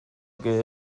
que